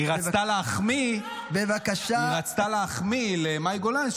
היא רצתה להחמיא למאי גולן,